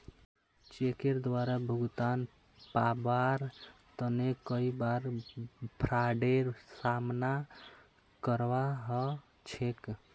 चेकेर द्वारे भुगतान पाबार तने कई बार फ्राडेर सामना करवा ह छेक